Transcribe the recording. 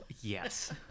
yes